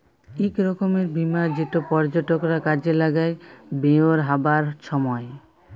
ইক রকমের বীমা যেট পর্যটকরা কাজে লাগায় বেইরহাবার ছময়